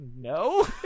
no